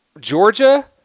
Georgia